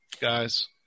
guys